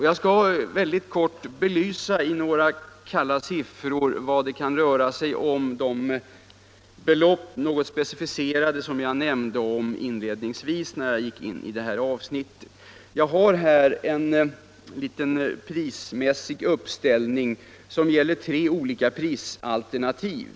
Jag skall mycket kort i kalla siffror belysa vad det något specificerat kan röra sig om när det gäller de totalbelopp som jag omnämnde tidigare. Jag har här en liten prismässig uppställning som gäller tre olika prisalternativ.